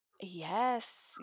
Yes